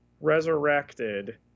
Resurrected